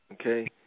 Okay